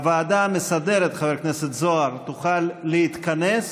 הוועדה המסדרת, חבר הכנסת זוהר, תוכל להתכנס